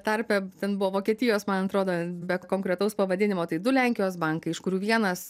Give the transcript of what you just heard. tarpe ten buvo vokietijos man atrodo bet konkretaus pavadinimo tai du lenkijos bankai iš kurių vienas